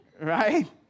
right